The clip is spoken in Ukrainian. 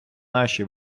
наші